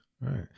Right